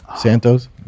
Santos